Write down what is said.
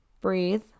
breathe